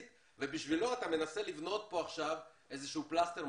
ובשבילו אתה מנסה לבנות פה עכשיו איזשהו פלסטר,